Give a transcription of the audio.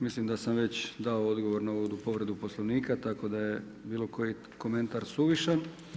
Mislim da sam već dao odgovor na ovu povredu Poslovnika, tako da je bilo koji komentar suvišan.